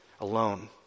alone